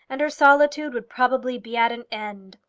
and her solitude would probably be at an end.